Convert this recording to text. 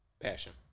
passion